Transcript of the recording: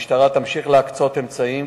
המשטרה תמשיך להקצות אמצעים,